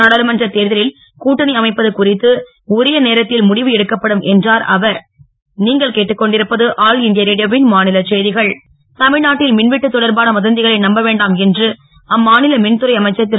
நாடாளுமன்றத் தேர்தலில் கூட்டணி அமைப்பது குறித்து உரிய நேரத்தில் முடிவு எடுக்கப்படும் என்றுர் அவர் தமிழ்நாட்டில் மின்வெட்டு தொடர்பான வதந்திகளை நம்பவேண்டாம் என்று அம்மாநில மின்துறை அமைச்சர் திரு